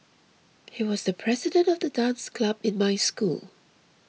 he was the president of the dance club in my school